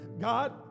God